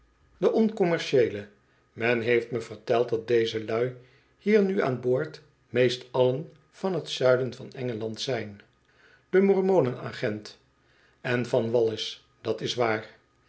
de oncommercieele men heeft me verteld dat deze lui hier nu aan boord meest allen van t zuiden van engeland zijn de mormonen agent en van wallis dat s waar